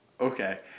Okay